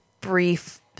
brief